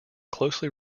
closely